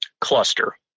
Cluster